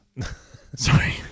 Sorry